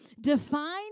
define